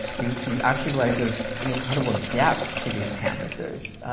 you you actually realize there's an incredible depth to these canvases,